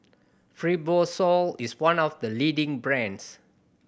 fibrosol is one of the leading brands